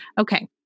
Okay